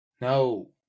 No